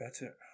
better